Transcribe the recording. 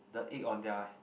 the egg on their